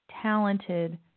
talented